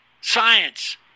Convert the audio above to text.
science